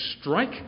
strike